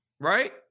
Right